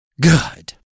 Good